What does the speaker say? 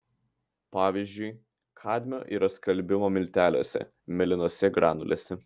pavyzdžiui kadmio yra skalbimo milteliuose mėlynose granulėse